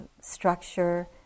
structure